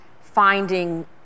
finding